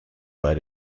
bei